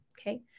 okay